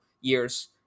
years